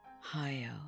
higher